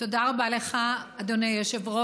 תודה רבה לך, אדוני היושב-ראש.